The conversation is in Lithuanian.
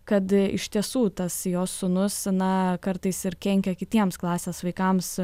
kad iš tiesų tas jo sūnus na kartais ir kenkia kitiems klasės vaikams